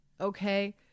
okay